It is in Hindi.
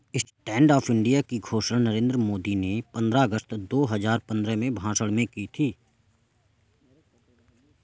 स्टैंड अप इंडिया की घोषणा नरेंद्र मोदी ने पंद्रह अगस्त दो हजार पंद्रह में भाषण में की थी